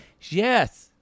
Yes